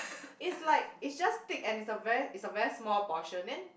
is like is just thick and is a very is a very small portion then